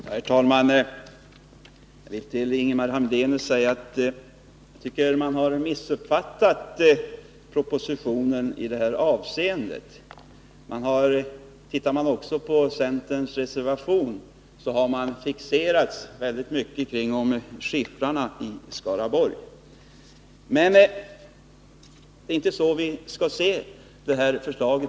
Herr talman! Jag vill till Ingemar Hallenius säga att ni har missuppfattat propositionen i det här avseendet. Centern har i sin reservation varit väldigt fixerad vid skiffrarna i Skaraborg. Det är inte så vi skall se regeringens förslag.